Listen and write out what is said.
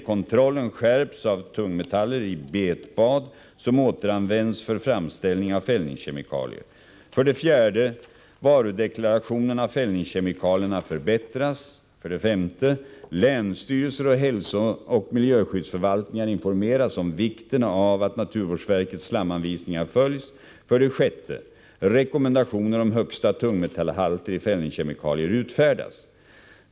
Kontrollen skärps av tungmetaller i betbad som återanvänds för framställning av fällningskemikalier. 4. Varudeklarationen av fällningskemikalierna förbättras. 5. Länsstyrelser och hälsooch miljöskyddsförvaltningar informeras om vikten av att naturvårdsverkets slamanvisningar följs.